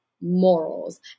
morals